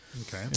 Okay